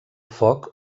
foc